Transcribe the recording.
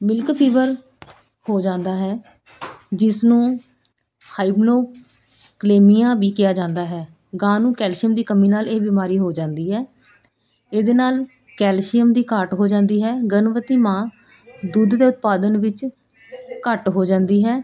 milk fever ਹੋ ਜਾਂਦਾ ਹੈ ਜਿਸ ਨੂੰ ਹਾਈਮਨੋ ਕਲੇਮੀਆ ਵੀ ਕਿਹਾ ਜਾਂਦਾ ਹੈ ਗਾਂ ਨੂੰ ਕੈਲਸ਼ੀਅਮ ਦੀ ਕਮੀ ਨਾਲ ਇਹ ਬਿਮਾਰੀ ਹੋ ਜਾਂਦੀ ਹੈ ਇਹਦੇ ਨਾਲ ਕੈਲਸ਼ੀਅਮ ਦੀ ਘਾਟ ਹੋ ਜਾਂਦੀ ਹੈ ਗਰਭਵਤੀ ਮਾਂ ਦੁੱਧ ਦੇ ਉਤਪਾਦਨ ਵਿੱਚ ਘੱਟ ਹੋ ਜਾਂਦੀ ਹੈ